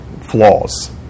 flaws